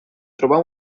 trobar